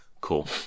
cool